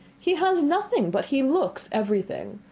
he has nothing, but he looks everything.